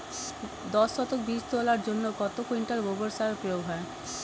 দশ শতক বীজ তলার জন্য কত কুইন্টাল গোবর সার প্রয়োগ হয়?